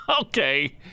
okay